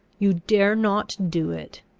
you dare not do it!